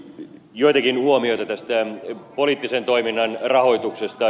joitakin huomioita tästä poliittisen toiminnan rahoituksesta